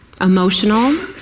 emotional